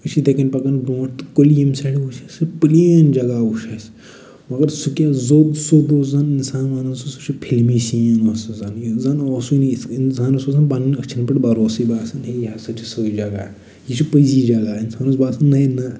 أسۍ چھِ یِتھٕے کٔنۍ پَکان برٛونٛٹھ تہٕ کۅلہِ ییٚمہِ سایڈٕ وُچھ اَسہِ پُلین جگہ وُچھ اَسہِ مگر سُہ کیٛاہ زوٚد سیوٚد ٲسۍ زَن اِنسان ونان سُہ سُہ چھُ فلمی سیٖن اوس سُہ زَن زن اوسُے نہٕ اِنسانَس اوس نہٕ پَنٕنٮ۪ن أچھَن پٮ۪ٹھ بَروسے باسان ہے یہِ ہَسا چھِ سُے جگہ یہِ چھِ پٔزی جگہ اِنسانس اوس باسان نےَ نہٕ